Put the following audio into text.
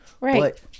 right